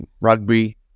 rugby